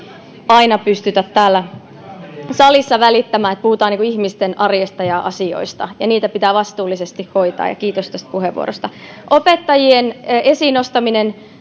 aina pystytä täällä salissa välittämään puhutaan ihmisten arjesta ja asioista ja niitä pitää vastuullisesti hoitaa kiitos tästä puheenvuorosta opettajien esiin nostaminen